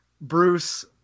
Bruce